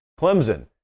Clemson